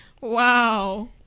Wow